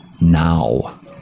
now